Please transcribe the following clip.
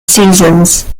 seasons